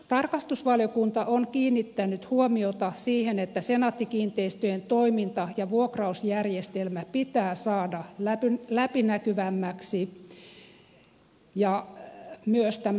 tarkastusvaliokunta on kiinnittänyt huomiota siihen että senaatti kiinteistöjen toiminta ja vuokrausjärjestelmä pitää saada läpinäkyvämmäksi ja miesten